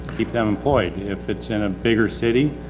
keep them employed. if it's in a bigger city,